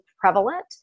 prevalent